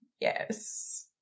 Yes